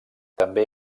també